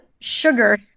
sugar